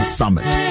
summit